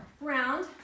round